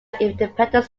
independent